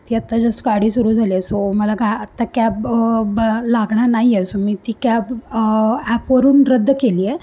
ती आत्ता जस्ट गाडी सुरू झाली आहे सो मला काय आत्ता कॅब ब लागणार नाही आहे सो मी ती कॅब ॲपवरून रद्द केली आहे